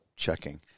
Checking